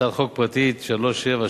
הצעת חוק פרטית 3774,